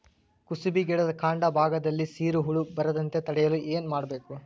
ಕುಸುಬಿ ಗಿಡದ ಕಾಂಡ ಭಾಗದಲ್ಲಿ ಸೀರು ಹುಳು ಬರದಂತೆ ತಡೆಯಲು ಏನ್ ಮಾಡಬೇಕು?